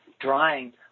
drying